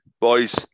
boys